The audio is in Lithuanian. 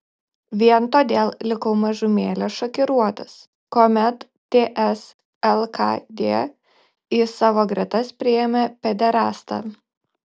vien todėl likau mažumėlę šokiruotas kuomet ts lkd į savo gretas priėmė pederastą